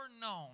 known